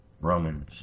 Romans